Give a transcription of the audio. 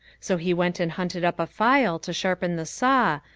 so he went and hunted up a file to sharpen the saw,